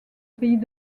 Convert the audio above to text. pays